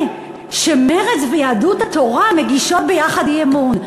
שמרצ ויהדות התורה מגישות ביחד אי-אמון.